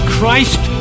Christ